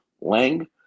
Lang